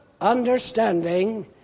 understanding